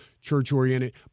church-oriented